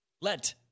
Let